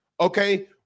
Okay